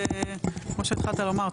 כמו שהתחלת לומר,